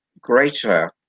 greater